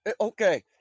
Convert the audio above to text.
Okay